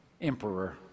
emperor